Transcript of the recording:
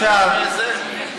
גם זה השלב הבא?